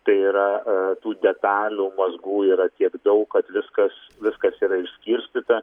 tai yra tų detalių mazgų yra tiek daug kad viskas viskas yra išskirstyta